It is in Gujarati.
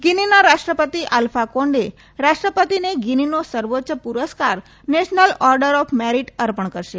ગીનીના રાષ્ટ્રપતિ અલ્ફા કોંડે રાષ્ટ્રપતિને ગીનીનો સર્વોચ્ય પુરસ્કાર નેશનલ ઓર્ડર ઓફ મેરીટ અર્પણ કરશે